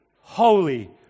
holy